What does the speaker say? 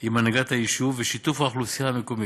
עם הנהגת היישוב ובשיתוף האוכלוסייה המקומית,